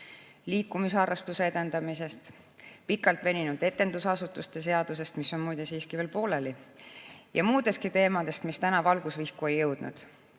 liikumisharrastuse edendamisest, pikalt veninud etendusasutuste seadusest, mis on muide siiski veel pooleli, ja muudestki teemadest, mis täna valgusvihku ei jõudnud.